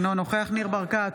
אינו נוכח ניר ברקת,